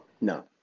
No